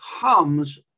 comes